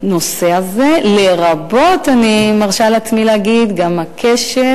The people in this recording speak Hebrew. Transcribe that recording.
הנושא הזה, לרבות, אני מרשה לעצמי להגיד, הקשר